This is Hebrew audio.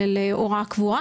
אלא להוראה קבועה.